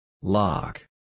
Lock